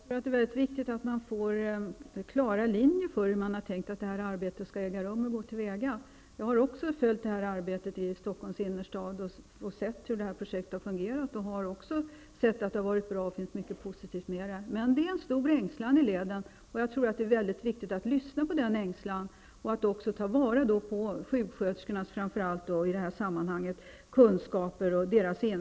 Fru talman! Det är väldigt viktigt att man får klara riktlinjer för hur detta arbete skall gå till väga. Också jag har följt arbetet i Stockholms innerstad, och jag har sett hur projektet har fungerat. Jag har också kunnat konstatera att det har fungerat väl och att det finns mycket positivt med det. Det finns emellertid en stor ängslan i leden, och jag tror att det är väldigt viktigt att man lyssnar på denna ängslan och att man framför allt i det här sammanhanget tar vara på sjuksköterskornas kunskaper och erfarenheter.